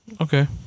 Okay